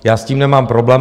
Já s tím nemám problém.